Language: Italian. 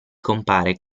compare